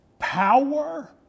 power